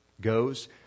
goes